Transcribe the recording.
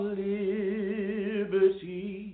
liberty